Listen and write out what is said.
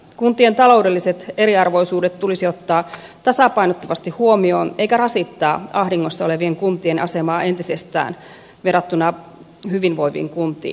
kuntien taloudelliset eriarvoisuudet tulisi ottaa tasapainottavasti huomioon eikä rasittaa ahdingossa olevien kuntien asemaa entisestään verrattuna hyvinvoiviin kuntiin